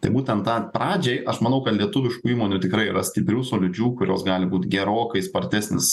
tai būtent tą pradžiai aš manau kad lietuviškų įmonių tikrai yra stiprių solidžių kurios gali būt gerokai spartesnis